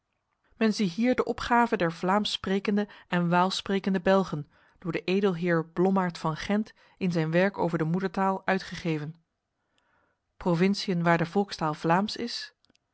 zie hier de opgave der vlaamssprekende en waalssprekende belgen door de edelheer blommaert van gent in zijn werk over de moedertaal uitgegeven provinciën waar de volkstaal vlaams is